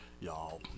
y'all